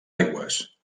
aigües